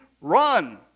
Run